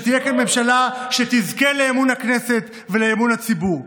שתהיה כאן ממשלה שתזכה לאמון הכנסת ולאמון הציבור,